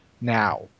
now